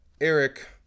Eric